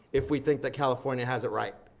if we think that california has it right,